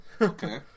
Okay